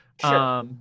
sure